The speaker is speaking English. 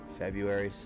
February